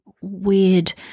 weird